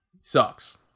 sucks